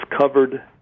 covered